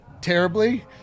terribly